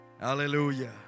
Hallelujah